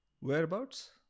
Whereabouts